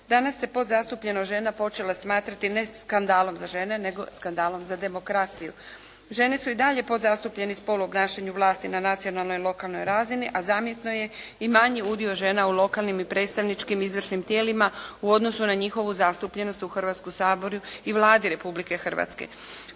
Danas se pod zastupljenost žena počela smatrati ne skandalom za žene nego skandalom za demokraciju. Žene su i dalje podzastupljeni spol u obnašanju vlasti na nacionalnoj i lokalnoj razini, a zamjetno je i manji udio žena u lokalnim i predstavničkim i izvršnim tijelima u odnosu na njihovu zastupljenost u Hrvatskom saboru i Vladi Republike Hrvatske.